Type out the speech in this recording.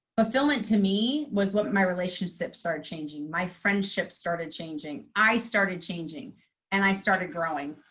fulfillment to me was when my relationship started changing. my friendships started changing. i started changing and i started growing.